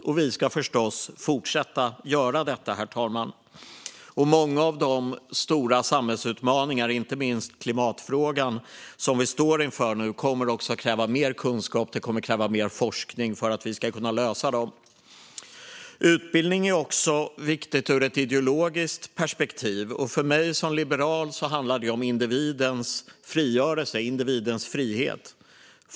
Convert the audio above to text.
Och vi ska förstås fortsätta att göra detta. Många av de stora samhällsutmaningar som vi nu står inför, inte minst klimatfrågan, kommer också att kräva mer kunskap och forskning för att vi ska kunna lösa dem. Utbildning är också viktigt ur ett ideologiskt perspektiv. För mig som liberal handlar det om individens frigörelse och frihet.